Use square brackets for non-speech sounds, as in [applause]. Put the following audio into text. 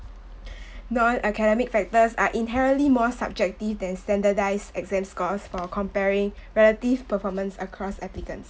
[breath] non academic factors are inherently more subjective than standardised exams scores for comparing relative performance across applicants